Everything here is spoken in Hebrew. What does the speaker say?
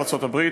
ארצות-הברית,